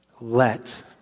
Let